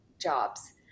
jobs